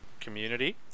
Community